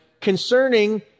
concerning